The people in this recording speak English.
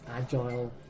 agile